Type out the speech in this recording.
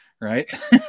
right